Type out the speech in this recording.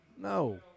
No